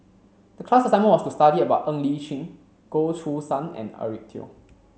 the class assignment was to study about Ng Li Chin Goh Choo San and Eric Teo